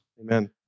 Amen